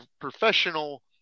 professional